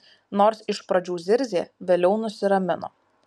nors iš pradžių zirzė vėliau nusiramino